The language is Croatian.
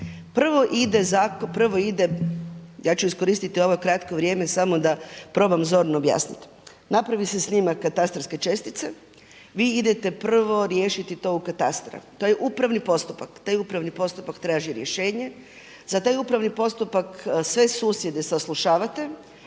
Prvo ide ja ću iskoristiti ovo kratko vrijeme samo da probam zorno objasnit. Napravi se snimak katastarske čestice, vi idete prvo riješiti to u katastar, to je upravni postupak. Taj upravni postupak traži rješenje, za taj upravni postupak sve susjede saslušavate,